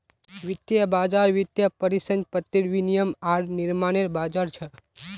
वित्तीय बज़ार वित्तीय परिसंपत्तिर विनियम आर निर्माणनेर बज़ार छ